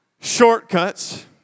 Shortcuts